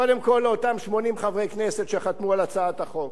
קודם כול, לאותם 80 חברי כנסת שחתמו על הצעת החוק,